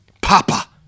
Papa